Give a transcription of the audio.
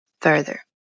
Further